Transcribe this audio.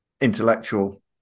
intellectual